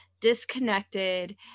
disconnected